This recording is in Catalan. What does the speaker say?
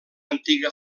antiga